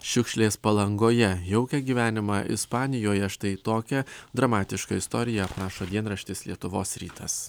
šiukšlės palangoje jaukią gyvenimą ispanijoje štai tokią dramatišką istoriją rašo dienraštis lietuvos rytas